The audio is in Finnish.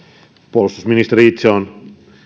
puolustusministeri itse on